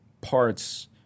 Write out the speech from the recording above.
parts